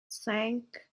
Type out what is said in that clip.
cinq